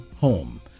home